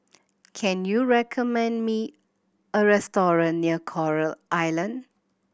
can you recommend me a restaurant near Coral Island